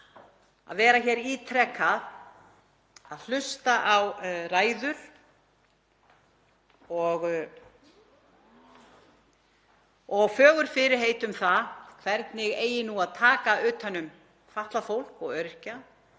að vera hér ítrekað að hlusta á ræður og fögur fyrirheit um það hvernig eigi að taka utan um fatlað fólk og öryrkja